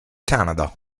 canada